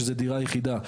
שזה דירה יחידה,